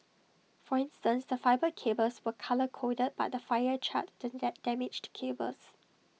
for instance the fibre cables were colour coded but the fire charred the damaged cables